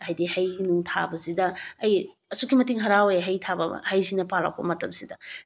ꯍꯥꯏꯗꯤ ꯍꯩ ꯅꯨꯡ ꯊꯕꯁꯤꯗ ꯑꯩ ꯑꯁꯨꯛꯀꯤ ꯃꯇꯤꯛ ꯍꯔꯥꯎꯏ ꯍꯩ ꯊꯥꯕ ꯍꯩꯁꯤꯅ ꯄꯥꯜꯂꯛꯄ ꯃꯇꯝꯁꯤꯗ